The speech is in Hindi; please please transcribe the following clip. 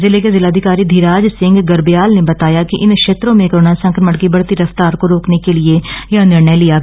जिले के जिलाधिकारी धीराज सिंह गर्क्याल ने बताया है कि इन क्षेत्रों में कोरोना संक्रमण की बढ़ती रफ्तार को रोकने के लिए यह निर्णय लिया गया है